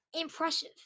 Impressive